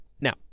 now